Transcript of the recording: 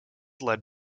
led